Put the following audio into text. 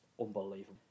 unbelievable